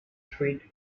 treat